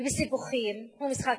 ובסיפוחים הוא משחק באש.